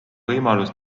võimalus